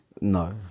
No